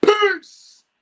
Peace